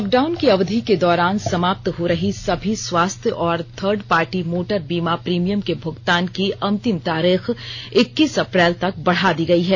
lockdown की अवधि के दौरान समाप्त हो रही सभी स्वास्थ्य और थर्ड पार्टी मोटर बीमा प्रीमियम के भुगतान की अंतिम तारीख इक्कीस अप्रैल तक बढ़ा दी गयी है